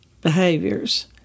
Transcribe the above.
behaviors